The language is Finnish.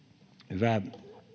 hyvä